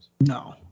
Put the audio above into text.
No